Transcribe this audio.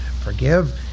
forgive